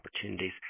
opportunities